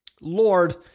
Lord